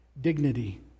Dignity